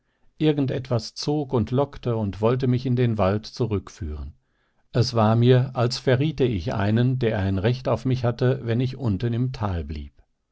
irgend etwas zog und lockte und wollte mich in den wald zurückführen es war mir als verriete ich einen der ein recht auf mich hatte wenn ich unten im tale blieb